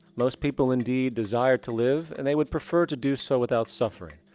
most people, indeed, desire to live and they would prefer to do so without suffering.